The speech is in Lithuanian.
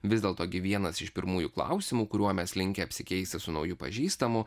vis dėlto gi vienas iš pirmųjų klausimų kuriuo mes linkę apsikeisti su nauju pažįstamu